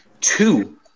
two